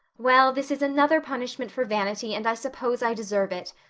well, this is another punishment for vanity and i suppose i deserve it.